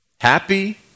happy